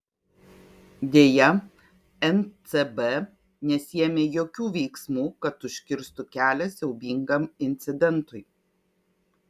deja ncb nesiėmė jokių veiksmų kad užkirstų kelią siaubingam incidentui